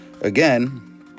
Again